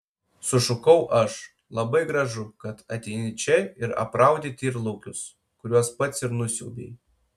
sušukau aš labai gražu kad ateini čia ir apraudi tyrlaukius kuriuos pats ir nusiaubei